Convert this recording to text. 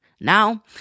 Now